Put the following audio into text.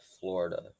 Florida